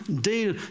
deal